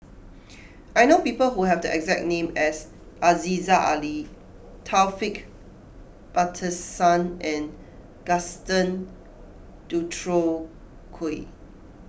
I know people who have the exact name as Aziza Ali Taufik Batisah and Gaston Dutronquoy